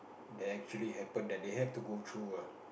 that actually happen that they have to go through ah